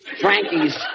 Frankie's